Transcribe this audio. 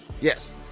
yes